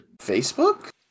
Facebook